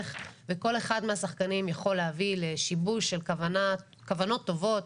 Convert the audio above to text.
וכל אחד מהשחקנים יכול להביא לשיבוש של כוונות טובות.